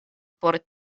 por